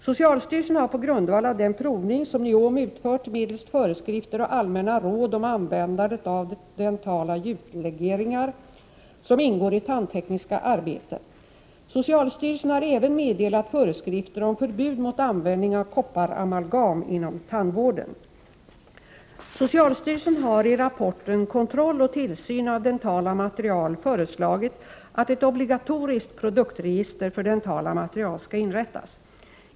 Socialstyrelsen har på grundval av den provning som NIOM utfört meddelat föreskrifter och allmänna råd om användandet av dentala gjutlegeringar som ingår i tandtekniska arbeten 1988:3). Socialstyrelsen har även meddelat föreskrifter om förbud mot användning av kopparamalgam inom tandvården 1987:25). Socialstyrelsen har i rapporten Kontroll och tillsyn av dentala material föreslagit att ett obligatoriskt produktregister för dentala material skall inrättas.